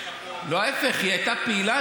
ההפך, היא הייתה פעילה.